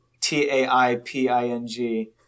T-A-I-P-I-N-G